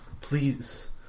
Please